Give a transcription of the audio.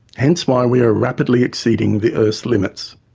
hence why we are rapidly exceeding the earth's limits.